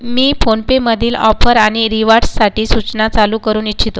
मी फोनपेमधील ऑफर आणि रिवार्डसाठी सूचना चालू करू इच्छितो